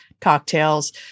cocktails